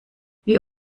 wie